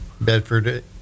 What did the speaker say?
Bedford